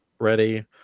ready